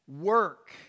work